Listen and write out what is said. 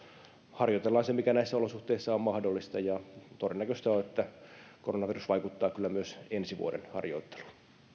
harjoitellaan se mikä näissä olosuhteissa on mahdollista ja todennäköistä on että koronavirus vaikuttaa kyllä myös ensi vuoden harjoitteluun